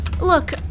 Look